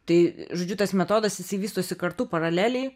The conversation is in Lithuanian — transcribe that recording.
tai žodžiu tas metodas jisai vystosi kartu paraleliai